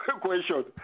question